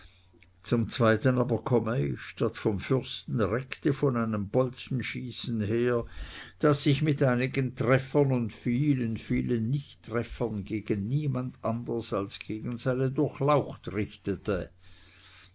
zum zweiten aber komme ich statt vom fürsten recte von einem bolzenschießen her das sich mit einigen treffern und vielen vielen nichttreffern gegen niemand anders als gegen seine durchlaucht richtete